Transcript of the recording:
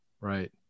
right